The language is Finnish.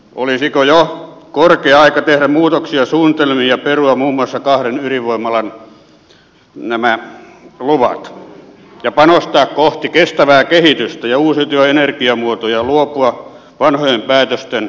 olisiko jo korkea aika tehdä muutoksia suunnitelmiin ja perua muun muassa nämä kahden ydinvoimalan luvat ja panostaa kohti kestävää kehitystä ja uusiutuvia energiamuotoja luopua vanhojen päätösten orjuudesta